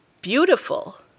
beautiful